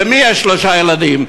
למי יש שלושה ילדים?